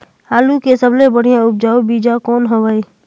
आलू के सबले बढ़िया उपजाऊ बीजा कौन हवय?